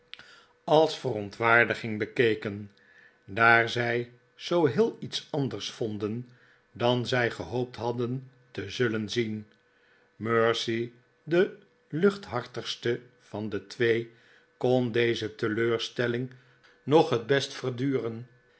als verontwaardiging bekeken daar zij zoo heel iets anders vonden dan zij gehoopt hadden te zullen zien mercy de luchthartigste van de twee kon deze teleurstelling nog het best verduwen